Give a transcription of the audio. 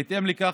בהתאם לכך,